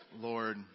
Lord